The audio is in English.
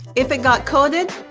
if it got coded,